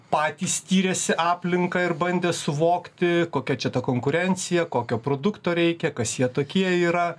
patys tyrėsi aplinką ir bandė suvokti kokia čia ta konkurencija kokio produkto reikia kas jie tokie yra